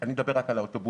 אני מדבר רק על האוטובוסים,